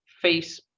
face